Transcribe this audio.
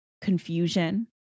Confusion